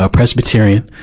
ah presbyterian.